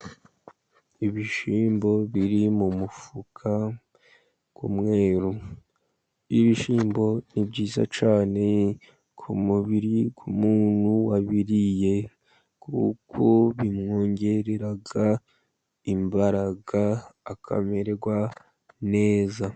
Ibishyimbo biri mu mufuka w'umweru ,ibishyimbo ni byiza cyane mu mubiri k'umuntu wabiriye, kuko bimwongerera imbaraga akamererwa neza.